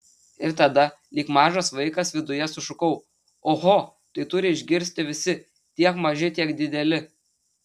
ir tada lyg mažas vaikas viduje sušukau oho tai turi išgirsti visi tiek maži tiek dideli